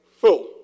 full